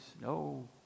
no